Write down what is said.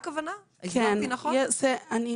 האם הבנתי נכון וזאת הכוונה?